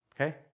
Okay